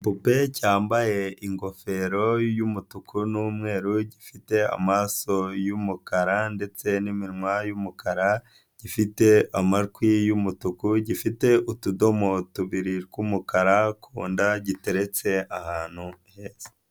Igippe cyambaye ingofero y'umutuku n'umweru, gifite amaso y'umukara ndetse n'iminwa y'umukara, gifite amatwi y'umutuku, gifite utudomo tubiri tw'umukara ku nda, giteretse ahantu heza.